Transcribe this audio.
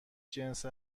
جنس